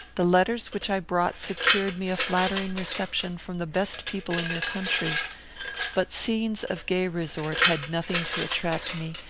the letters which i brought secured me a flattering reception from the best people in your country but scenes of gay resort had nothing to attract me,